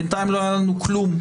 בינתיים לא היה לנו כלום.